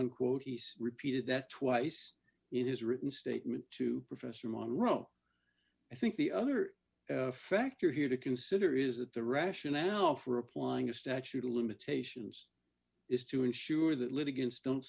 unquote he's repeated that twice in his written statement to professor monro i think the other factor here to consider is that the rationale for applying a statute of limitations is to ensure that litigants don't